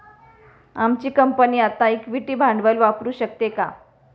आमची कंपनी आता इक्विटी भांडवल वापरू शकते का?